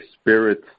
spirit